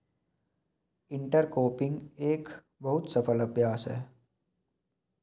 intercropping एक बहु फसल अभ्यास है